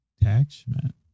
attachment